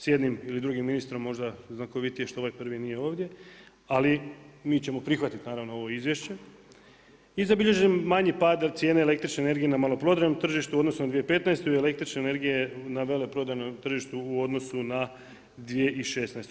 S jednim ili drugim ministrom, možda znakovitije, što ovaj prvi nije ovdje, ali mi ćemo prihvatiti naravno ovo izvješće i zabilježen manji pad cijene električne energije na maloprodajnom tržištu u odnosu na 2015. električna energije je na veleprodajnom tržištu u odnosu na 2016.